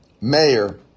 mayor